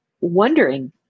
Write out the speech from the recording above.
wondering